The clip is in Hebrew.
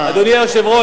אדוני היושב-ראש,